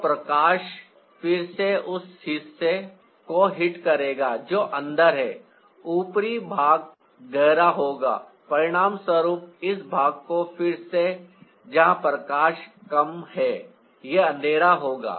तो प्रकाश फिर से उस हिस्से को हिट करेगा जो अंदर है ऊपरी भाग गहरा होगा परिणामस्वरूप इस भाग को फिर से जहां प्रकाश कम है यह अंधेरा होगा